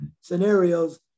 scenarios